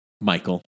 Michael